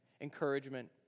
encouragement